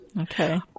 Okay